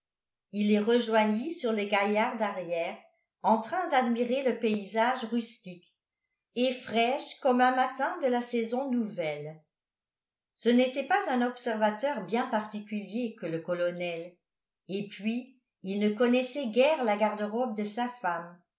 gaillard d'arrière en train d'admirer le paysage rustique et fraîches comme un matin de la saison nouvelle ce n'était pas un observateur bien particulier que le colonel et puis il ne connaissait guère la garde-robe de sa femme